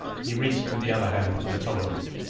he reached with the other hand for the tomahawk,